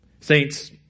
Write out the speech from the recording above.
Saints